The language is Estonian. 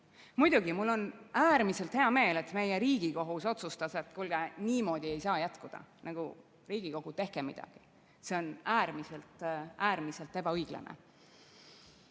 või. Muidugi, mul on äärmiselt hea meel, et meie Riigikohus otsustas, et kuulge, niimoodi ei saa jätkuda. Riigikogu, tehke midagi, see on äärmiselt ebaõiglane.